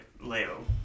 Leo